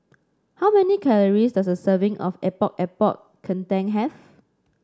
how many calories does a serving of Epok Epok Kentang have